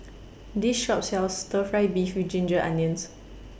This Shop sells Stir Fry Beef with Ginger Onions